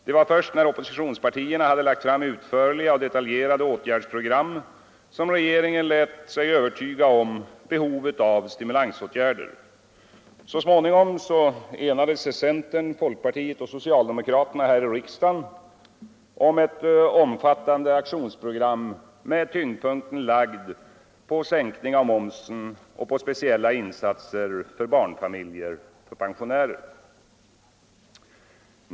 Det var först när oppositionspartierna hade lagt fram utförliga och detaljerade åtgärdsprogram som den lät övertyga sig om behovet av stimulansåtgärder. Så småningom enade sig centern, folkpartiet och socialdemokraterna här i riksdagen om ett omfattande aktionsprogram med tyngdpunkten lagd på sänkning av momsen och på speciella insatser för barnfamiljer och pensionärer.